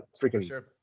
Freaking